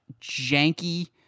janky